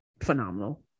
phenomenal